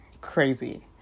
crazy